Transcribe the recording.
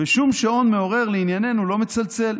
ושום שעון מעורר לענייננו לא מצלצל.